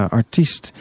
artiest